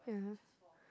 yeah